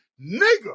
Nigga